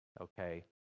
okay